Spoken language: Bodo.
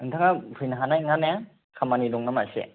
नोंथाङा फैनो हानाय नङा ने खामानि दं नामा एसे